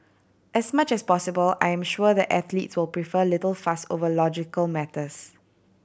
as much as possible I am sure the athletes will prefer little fuss over logical matters